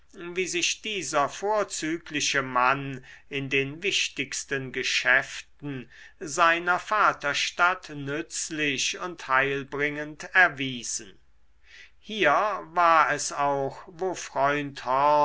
wie sich dieser vorzügliche mann in den wichtigsten geschäften seiner vaterstadt nützlich und heilbringend erwiesen hier war es auch wo freund horn